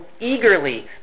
eagerly